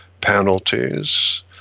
penalties